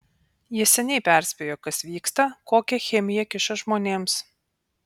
jie seniai perspėjo kas vyksta kokią chemiją kiša žmonėms